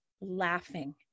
laughing